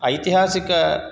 ऐतिहासिक